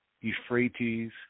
Euphrates